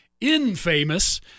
infamous